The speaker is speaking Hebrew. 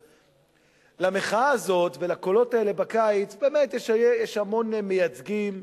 למחאה הזאת ולקולות האלה בקיץ יש באמת המון מייצגים,